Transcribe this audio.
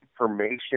information